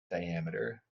diameter